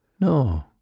No